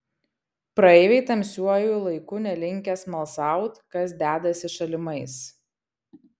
praeiviai tamsiuoju laiku nelinkę smalsaut kas dedasi šalimais